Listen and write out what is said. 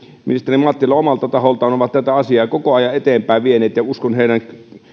ministeri mattila omalta taholtaan ovat tätä asiaa koko ajan eteenpäin vieneet ja uskon heidän